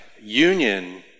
union